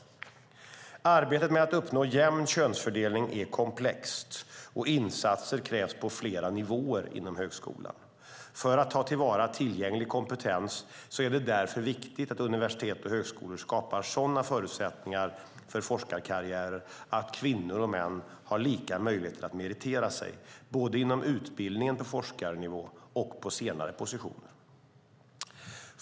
Arbetet med att uppnå jämn könsfördelning är komplext, och insatser krävs på flera nivåer inom högskolan. För att ta till vara tillgänglig kompetens är det därför viktigt att universitet och högskolor skapar sådana förutsättningar för forskarkarriärer att kvinnor och män har lika möjligheter att meritera sig, både inom utbildningen på forskarnivå och på senare positioner.